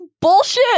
bullshit